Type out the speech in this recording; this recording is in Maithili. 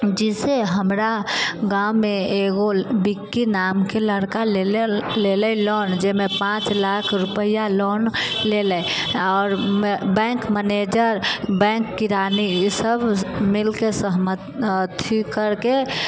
जाहिसँ हमरा गाँवमे एगो विक्की नामके लड़का लेले लेलै लोन जाहिमे पाँच लाख रुपआ लोन लेलै आओर बैङ्क मैनेजर बैङ्क किरानी ई सभ मिलके सहमति अथि करके